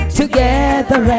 together